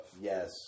yes